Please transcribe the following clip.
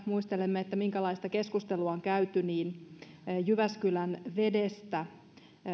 muistelemme minkälaista keskustelua on käyty ihan viime aikoina niin jyväskylän vedestä